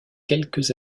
quelques